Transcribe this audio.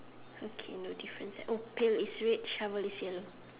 okay no difference eh oh pail is red shovel is yellow